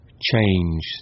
change